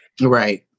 Right